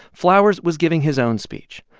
flowers was giving his own speech,